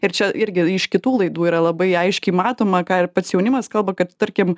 ir čia irgi iš kitų laidų yra labai aiškiai matoma ką ir pats jaunimas kalba kad tarkim